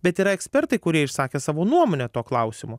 bet yra ekspertai kurie išsakė savo nuomonę tuo klausimu